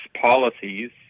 policies